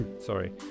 sorry